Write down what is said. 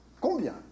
Combien